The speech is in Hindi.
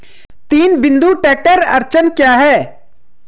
तीन बिंदु ट्रैक्टर अड़चन क्या है?